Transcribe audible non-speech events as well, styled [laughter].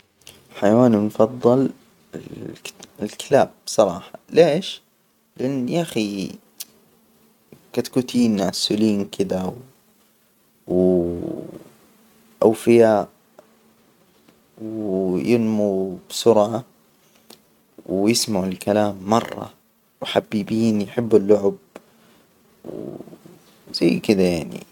حيوانى المفضل ال- الكلاب بصراحة ليش؟ لأن يا أخي كتكوتين وعسولين كده و [hesitation] أوفياء، وينمو بسرعه، ويسمعوا الكلام مرة وحبيبين يحبوا اللعب، زي كده يعني.